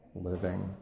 living